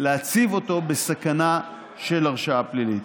להציב אותו בסכנה של הרשעה פלילית.